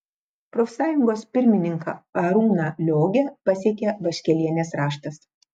profsąjungos pirmininką arūną liogę pasiekė vaškelienės raštas